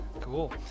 cool